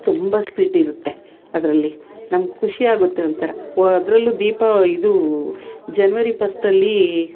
ತುಂಬ ಸ್ವೀಟ್ ಇರುತ್ತೆ ಅದರಲ್ಲಿ ನಮ್ಗೆ ಖುಷಿ ಆಗುತ್ತೆ ಒಂಥರ ವ ಅದರಲ್ಲೂ ದೀಪಾ ಇದೂ ಜನ್ವರಿ ಪಸ್ಟಲ್ಲಿ